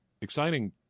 exciting